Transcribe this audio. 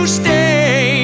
stay